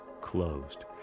closed